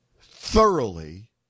thoroughly